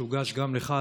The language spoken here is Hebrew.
שהוגש גם לך,